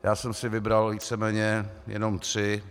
Já jsem si vybral víceméně jenom tři.